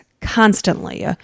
constantly